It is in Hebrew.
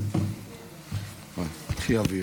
קחי אוויר.